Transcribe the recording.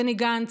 בני גנץ,